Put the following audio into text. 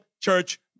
church